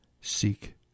seek